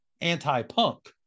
anti-punk